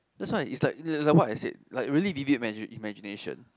that's why it's like what I said like really vivid imagination